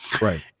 right